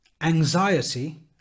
anxiety